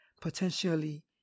potentially